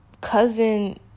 cousin